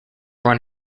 run